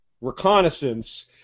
reconnaissance